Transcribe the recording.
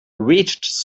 reached